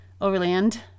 overland